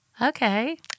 Okay